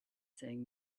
saying